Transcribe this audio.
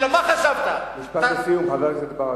אתה מזדהה עם ה"חמאס".